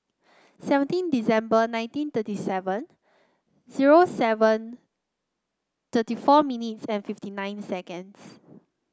seventeen December nineteen thirty seven zero seven thirty four minutes and fifty nine seconds